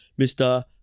Mr